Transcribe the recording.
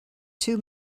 too